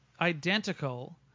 identical